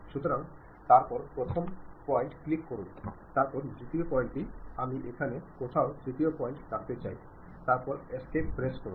সুতরাং তারপর প্রথম পয়েন্ট ক্লিক করুন তারপর দ্বিতীয় পয়েন্টটি আমি এখানে কোথাও তৃতীয় পয়েন্ট রাখতে চাই তারপরে এস্কেপ প্রেস করুন